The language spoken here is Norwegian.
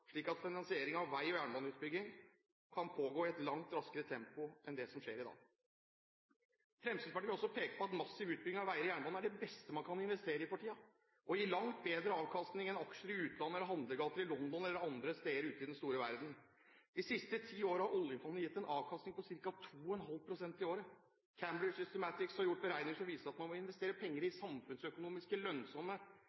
slik at finansiering av vei- og jernbaneutbygging kan pågå i et langt raskere tempo enn det som skjer i dag. Fremskrittspartiet vil også peke på at massiv utbygging av veier og jernbane er det beste man kan investere i for tiden, og det vil gi langt bedre avkastning enn aksjer i utlandet, handlegater i London eller andre steder ute i den store verden. De siste ti årene har oljefondet gitt en avkastning på ca. 2,5 pst. i året. Cambridge Systematics har gjort beregninger som viser at man må investere penger i